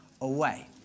away